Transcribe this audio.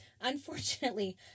unfortunately